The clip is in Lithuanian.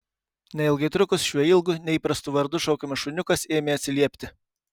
neilgai trukus šiuo ilgu neįprastu vardu šaukiamas šuniukas ėmė atsiliepti